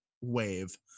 wave